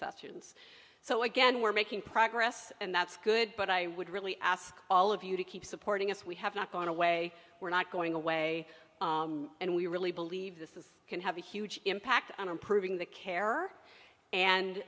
sessions so again we're making progress and that's good but i would really ask all of you to keep supporting us we have not gone away we're not going away and we really believe this is can have a huge impact on improving the care and